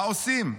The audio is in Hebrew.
מה עושים?